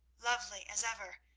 lovely as ever,